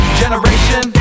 generation